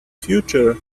future